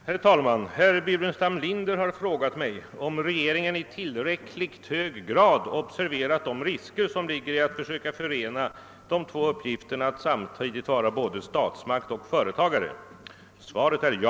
Herr talman! Herr Burenstam Linder har frågat mig om regeringen i tillräckligt hög grad observerat de risker som ligger i att försöka förena de två uppgifterna att samtidigt vara både stats makt och företagare. Svaret är ja.